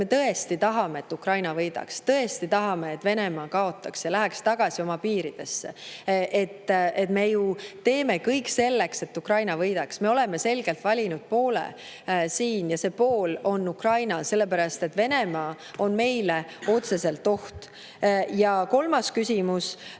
Me tõesti tahame, et Ukraina võidaks, tõesti tahame, et Venemaa kaotaks ja läheks tagasi oma piiridesse. Me teeme ju kõik selleks, et Ukraina võidaks. Me oleme selgelt valinud poole ja see pool on Ukraina, sellepärast et Venemaa on meile otseselt oht. Kolmas küsimus.